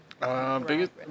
Biggest